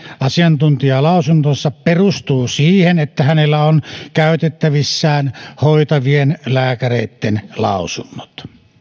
asiantuntijalausuntonsa perustuu siihen että hänellä on käytettävissään hoitavien lääkäreitten lausunnot